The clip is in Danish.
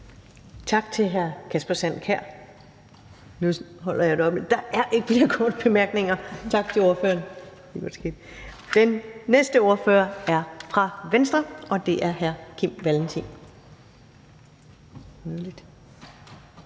Tak til hr. Kasper Sand Kjær. Der er ikke flere korte bemærkninger, så tak til ordføreren. Den næste ordfører er fra Venstre, og det er hr. Kim Valentin.